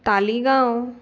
Taleigao